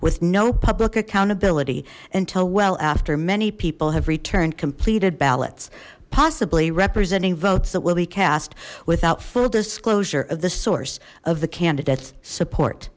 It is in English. with no public accountability until well after many people have returned completed ballots possibly representing votes that will be cast without full disclosure of the source of the candidates support